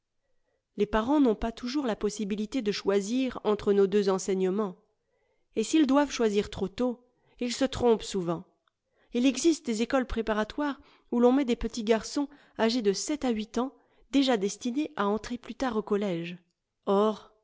les parents n'ont pas toujours la possibilité de choisir entre nos deux enseignements et s'ils doivent choisir trop tôt ils se trompent souvent il existe des écoles préparatoires où l'on met des petits jçarçons âgés de sept à huit ans déjà destinés à entrer plus tard au collège or